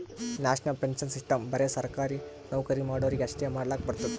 national pension system ಬರೆ ಸರ್ಕಾರಿ ನೌಕರಿ ಮಾಡೋರಿಗಿ ಅಷ್ಟೇ ಮಾಡ್ಲಕ್ ಬರ್ತುದ್